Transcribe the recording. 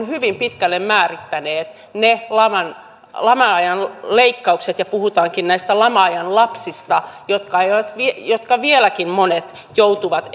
hyvin pitkälle määrittäneet ne lama ajan leikkaukset ja puhutaankin näistä lama ajan lapsista jotka vieläkin monet joutuvat